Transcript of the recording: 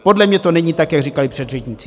Podle mě to není tak, jak říkali předřečníci.